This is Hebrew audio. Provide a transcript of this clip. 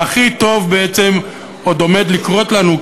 והכי טוב בעצם עוד עומד לקרות לנו,